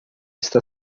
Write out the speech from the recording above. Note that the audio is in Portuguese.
está